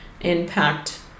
impact